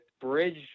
bridge